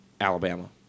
Alabama